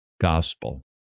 gospel